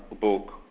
book